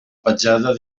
petjada